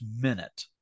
minute